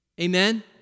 Amen